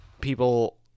people